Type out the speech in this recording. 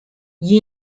gli